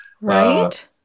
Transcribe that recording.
right